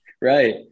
Right